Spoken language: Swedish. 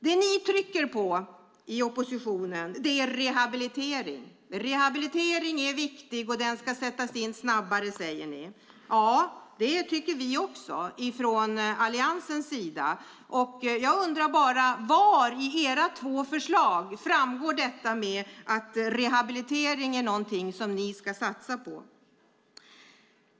Det som ni i oppositionen trycker på är rehabilitering. Rehabilitering är viktig, och den ska sättas in snabbare, säger ni. Ja, det tycker vi från Alliansens sida också. Jag undrar bara var i era två förslag som det framgår att rehabilitering är någonting som ni ska satsa på.